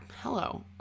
hello